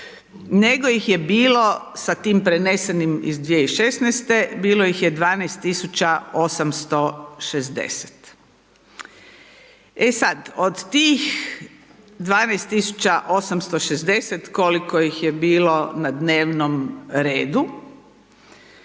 nego ih je bilo sa tim prenesenim iz 2016. bilo ih je 12860. E sada, od tih 12860 koliko ih je bilo na dnevnom redu,